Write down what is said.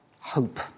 hope